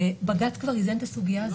בג"ץ כבר איזן את הסוגיה הזאת.